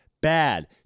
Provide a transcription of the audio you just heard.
bad